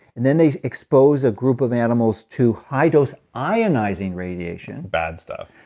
and then they expose a group of animals to high dose ionizing radiation bad stuff.